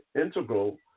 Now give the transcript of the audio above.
integral